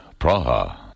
Praha